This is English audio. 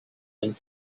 than